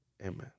Amen